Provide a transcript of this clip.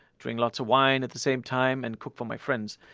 drink lots of wine at the same time and cook for my friends.